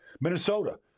Minnesota